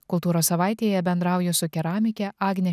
kultūros savaitėje bendrauju su keramike agne